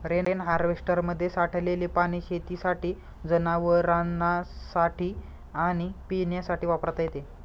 rain हार्वेस्टरमध्ये साठलेले पाणी शेतीसाठी, जनावरांनासाठी आणि पिण्यासाठी वापरता येते